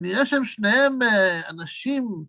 ‫נראה שהם שניהם אנשים...